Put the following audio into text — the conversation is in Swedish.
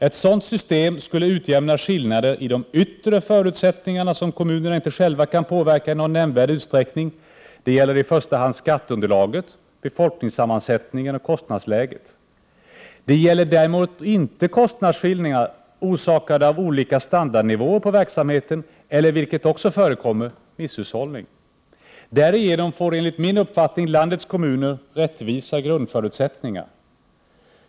Ett sådant system skulle utjämna skillnader i de yttre förutsättningarna som kommunerna inte själva kan påverka i någon nämnvärd utsträckning. Det gäller i första hand skatteunderlaget, befolkningssammansättningen och kostnadsläget. Det gäller däremot inte kostnadsskillnader orsakade av olika standardnivåer på verksamheten eller, vilket också förekommer, misshushållning. Därigenom får, enligt min uppfattning, landets kommuner rättvisa grundförutsättningar.